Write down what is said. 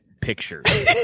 pictures